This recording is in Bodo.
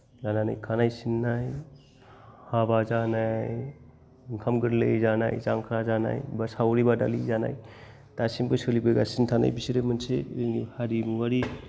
लानानै खानाइ सिन्नाय हाबा जानाय ओंखाम गोर्लै जानाय जांख्रा जानाय बा सावरि बादालि जानाय दासिमबो सोलिबोगासिनो थानाय बिसोरो मोनसे जोंनि हारिमुवारि